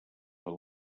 del